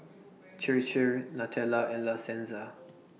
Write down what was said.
Chir Chir Nutella and La Senza